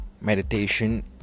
meditation